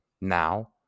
now